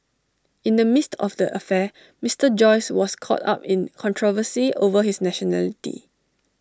in the midst of the affair Mister Joyce was caught up in controversy over his nationality